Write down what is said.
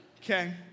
Okay